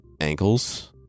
Ankles